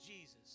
Jesus